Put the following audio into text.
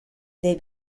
they